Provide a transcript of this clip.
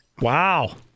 Wow